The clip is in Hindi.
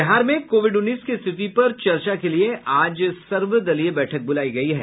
बिहार में कोविड उन्नीस की स्थिति पर चर्चा के लिए आज सर्वदलीय बैठक बुलाई गई है